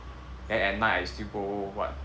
then at night I still go what